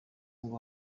ngo